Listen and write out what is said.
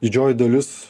didžioji dalis